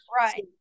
Right